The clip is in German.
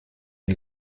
den